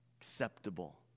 acceptable